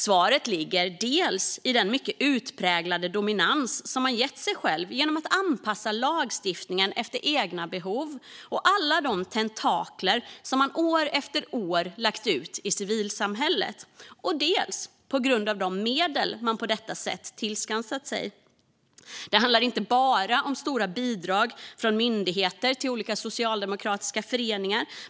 Svaret ligger dels i den mycket utpräglade dominans som de har gett sig själva genom att anpassa lagstiftningen efter egna behov och alla de tentakler som de år efter år lagt ut i civilsamhället, dels i de medel som de på detta sätt har tillskansat sig. Det handlar inte bara om stora bidrag från myndigheter till olika socialdemokratiska föreningar.